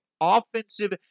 offensive